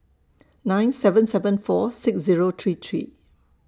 nine seven seven four six Zero three three